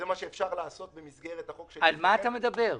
זה מה שאפשר לעשות במסגרת החוק --- על מה אתה מדבר?